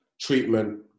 Treatment